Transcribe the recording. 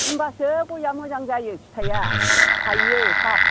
होमब्लासो गयआ मोजां जायो फिथाइआ थाइयो थाब